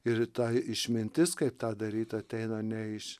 ir tai išmintis kaip tą daryt ateina ne iš